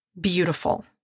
beautiful